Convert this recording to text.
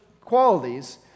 qualities